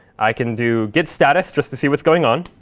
i can do git status, just to see what's going on.